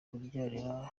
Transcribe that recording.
kubyarira